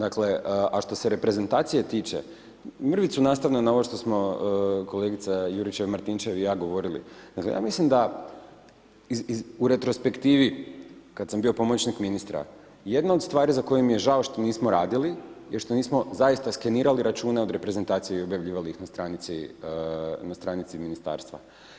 A što se reprezentacije tiče, mrvicu nastavno na ovo što smo kolegica Juričev Martinčev i ja govorili, ja mislim da u retrospektivi, kada sam bio pomoćnik ministra, jedna stvar za koju mi je žao što nismo radili, što nismo zaista skenirali račune od reprezentacije i objavljivali ih na stranici ministarstva.